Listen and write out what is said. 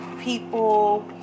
people